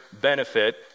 benefit